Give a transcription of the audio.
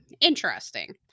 Interesting